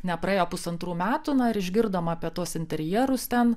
nepraėjo pusantrų metų na ir išgirdom apie tuos interjerus ten